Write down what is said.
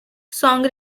song